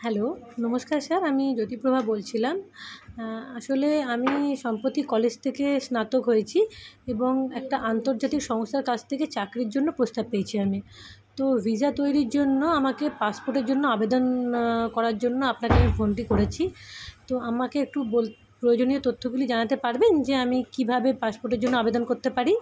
hello নমস্কার sir আমি জোতিপ্রভা বলছিলাম আসলে আমি সম্প্রতি কলেজ থেকে স্নাতক হয়েছি এবং একটা আন্তর্জাতিক সংস্থার কাছ থেকে চাকরির জন্য প্রস্তাব পেয়েছি আমি তো ভিসা তৈরির জন্য আমাকে পাসপোর্টের জন্য আবেদন করার জন্য আপনাকে এই ফোনটি করেছি তো আমাকে একটু বোল প্রয়োজনীয় তথ্যগুলি জানাতে পারবেন যে আমি কীভাবে পাসপোর্টের জন্য আবেদন করতে পারি